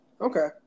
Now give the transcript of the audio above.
Okay